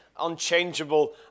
unchangeable